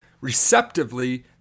receptively